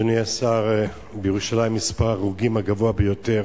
אדוני השר, בירושלים מספר ההרוגים הגבוה ביותר